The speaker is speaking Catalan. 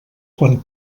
quan